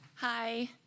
Hi